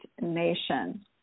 nation